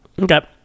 Okay